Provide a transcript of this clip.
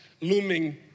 looming